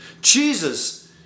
Jesus